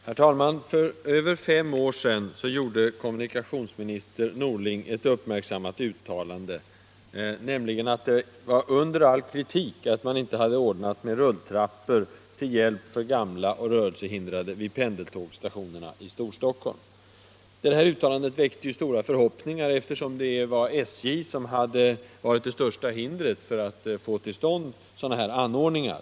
Herr talman! För över fem år sedan gjorde kommunikationsminister Norling ett uppmärksammat uttalande, nämligen att det var under all kritik att man inte hade ordnat med rulltrappor till hjälp för gamla och = Nr 85 rörelsehindrade vid pendeltågsstationerna i Storstockholm. Detta utta Torsdagen den lande väckte stora förhoppningar, eftersom SJ hade varit det största hind 18 mars 1976 ret för att få till stånd sådana här anordningar.